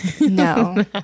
No